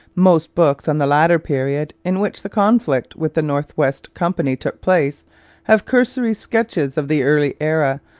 most books on the later period in which the conflict with the north-west company took place have cursory sketches of the early era,